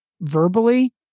verbally